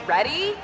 Ready